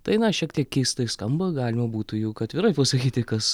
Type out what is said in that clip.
tai na šiek tiek keistai skamba galima būtų juk atvirai pasakyti kas